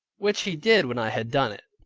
which he did when i had done it.